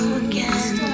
again